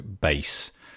base